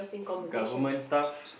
government staff